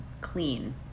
clean